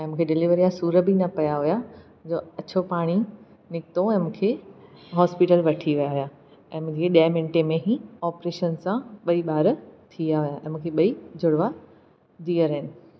ऐं मूंखे डिलीवरी आहे सूर बि न पिया हुया जो अछो पाणी निकितो ऐं मूंखे हॉस्पिल वठी विया हुया ऐं मुंहिंजी ॾह मिंटे में ई ऑपरेशन सां ॿई ॿारु थी विया हुआ ऐं मूंखे ॿई जुड़वा धीअर आहिनि